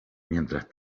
mientras